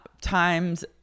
times